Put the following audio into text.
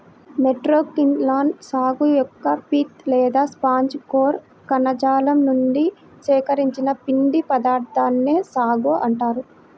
Metroxylon సాగు యొక్క pith లేదా స్పాంజి కోర్ కణజాలం నుండి సేకరించిన పిండి పదార్థాన్నే సాగో అంటారు